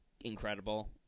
incredible